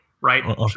right